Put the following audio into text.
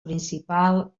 principal